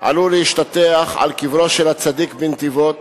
עלו להשתטח על קברו של הצדיק בנתיבות